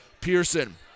Pearson